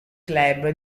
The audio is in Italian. club